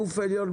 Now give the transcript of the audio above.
גוף עליון,